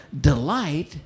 delight